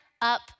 up